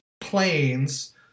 planes